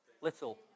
Little